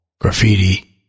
graffiti